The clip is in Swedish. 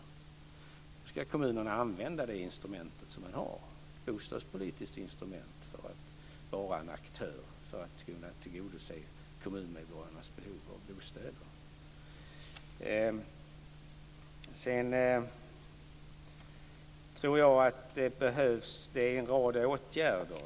Då ska kommunerna använda det instrument som de har, ett bostadspolitiskt instrument, för att vara en aktör för att kunna tillgodose kommunmedborgarnas behov av bostäder. Jag tror att det behövs en rad åtgärder.